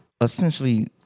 essentially